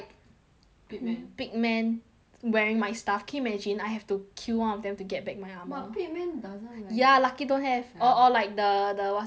pig man pig man wearing my stuff can you imagine I have to kill one of them to get back my armour but doesn't wear ya lucky don't have or or like the the what's the other the pig